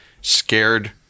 scared